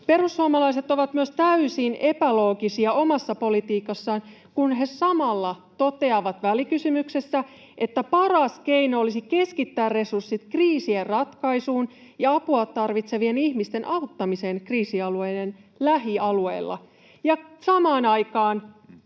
Perussuomalaiset ovat myös täysin epäloogisia omassa politiikassaan: samalla kun he toteavat välikysymyksessä, että paras keino olisi keskittää resurssit kriisien ratkaisuun ja apua tarvitsevien ihmisten auttamiseen kriisialueiden lähialueilla, he samaan aikaan